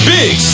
big